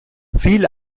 viel